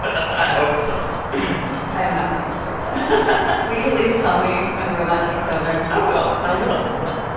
ah i hope so i am not looking forward to that will you at least tell me when the robot takes over? i will. i will ok yeah.